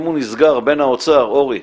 אם הוא נסגר בין האוצר, אוֹרי,